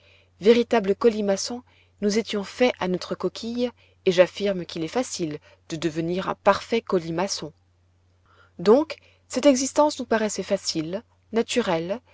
véritables colimaçons nous étions faits à notre coquille et j'affirme qu'il est facile de devenir un parfait colimaçon donc cette existence nous paraissait facile naturelle